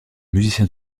musicien